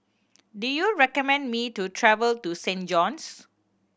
do you recommend me to travel to Saint John's